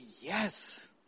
yes